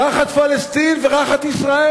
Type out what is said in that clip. ראחת פלסטין וראחת ישראל.